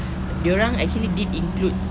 dorang actually did include